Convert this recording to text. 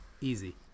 easy